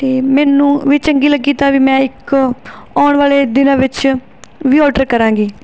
ਅਤੇ ਮੈਨੂੰ ਵੀ ਚੰਗੀ ਲੱਗੀ ਤਾਂ ਵੀ ਮੈਂ ਇੱਕ ਆਉਣ ਵਾਲੇ ਦਿਨਾਂ ਵਿੱਚ ਵੀ ਆਰਡਰ ਕਰਾਂਗੀ